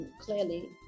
Clearly